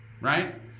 right